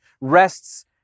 rests